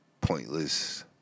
pointless